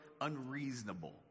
unreasonable